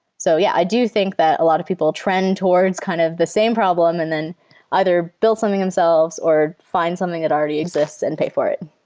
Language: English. so yeah, i do think that a lot of people trend towards kind of the same problem and then either build something themselves or find something that already exists and pay for it.